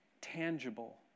tangible